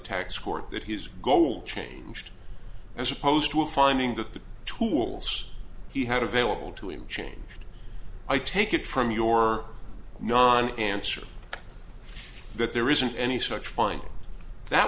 tax court that his goal changed as opposed to finding that the tools he had available to him changed i take it from your non answer that there isn't any such fine that